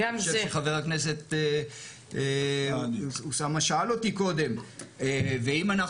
חבר הכנסת אוסאמה שאל אותי קודם 'ואם אנחנו